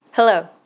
Hello